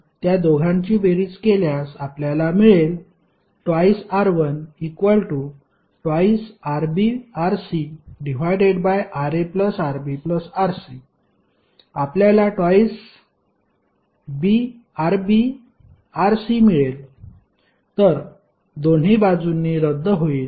आता आपण त्या दोघांची बेरीज केल्यास आपल्याला मिळेल 2R12RbRcRaRbRc आपल्याला 2RbRc मिळेल तर 2 दोन्ही बाजूंनी रद्द होईल